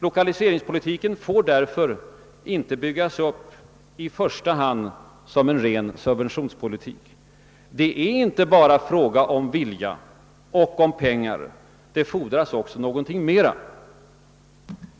Lokaliseringspolitiken får därför inte byggas upp i första hand som en subventionspolitik. Det är inte bara fråga om vilja och pengar. Det fordras också något mera.